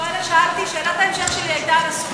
שאלת ההמשך שלי הייתה על הסכום.